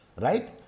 Right